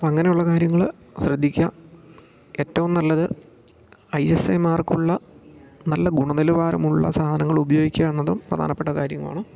അപ്പം അങ്ങനെയുള്ള കാര്യങ്ങൾ ശ്രദ്ധിക്കാൻ ഏറ്റവും നല്ലത് ഐ എസ് ഐ മാർക്ക് ഉള്ള നല്ല ഗുണനിലവാരമുള്ള സാധനങ്ങൾ ഉപയോഗിക്കുക എന്നതും പ്രധാനപ്പെട്ട കാര്യമാണ്